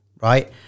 right